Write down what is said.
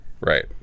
Right